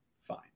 Fine